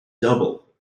double